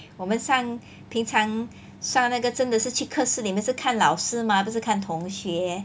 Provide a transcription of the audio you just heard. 我们上平常上那个真的去课室里面是看老师 mah 不是看同学